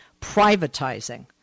privatizing